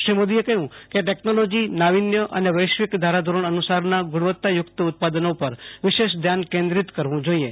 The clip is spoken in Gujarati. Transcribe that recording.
શ્રી મોદીએ કહ્યુ કે ટેકનોલોજી નાવીન્ય અને વૈશ્વિક ધારા ધોરણ અનુ સાર ગુણવત્તઘુક્ત ઉત્પાદનો પર વિશે ધ્યાન કેન્દ્રીત કરવુ જોછીી